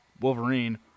Wolverine